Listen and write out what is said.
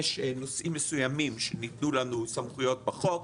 יש נושאים מסוימות שמיקדו לנו סמכויות בחוק,